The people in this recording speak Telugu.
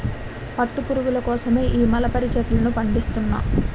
పట్టు పురుగుల కోసమే ఈ మలబరీ చెట్లను పండిస్తున్నా